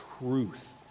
truth